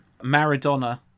Maradona